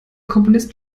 komponist